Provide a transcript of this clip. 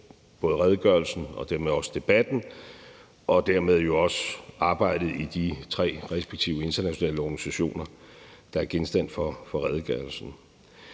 både redegørelsen og dermed også debatten og dermed jo også arbejdet i de tre respektive internationale organisationer, der er genstand for redegørelsen.